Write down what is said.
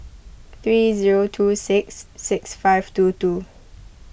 three zero two six six five two two